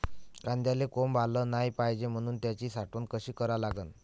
कांद्याले कोंब आलं नाई पायजे म्हनून त्याची साठवन कशी करा लागन?